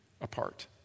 apart